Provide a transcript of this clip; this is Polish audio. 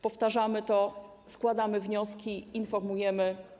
Powtarzamy to, składamy wnioski, informujemy.